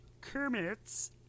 kermit's